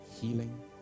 healing